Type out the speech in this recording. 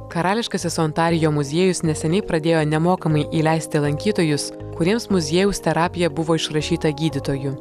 karališkasis ontarijo muziejus neseniai pradėjo nemokamai įleisti lankytojus kuriems muziejaus terapija buvo išrašyta gydytojų